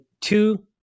two